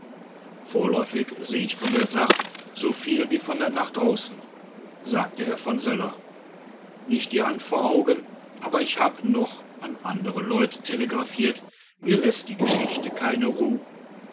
vorläufig seh ich von der sach so viel wie von der nacht draußen sagt der herr von söller nicht die hand vor den augen aber ich hab noch an andere leut telegraphiert mir läßt die geschichte keine ruh